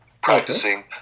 Practicing